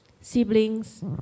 Siblings